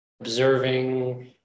Observing